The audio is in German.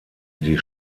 die